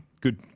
Good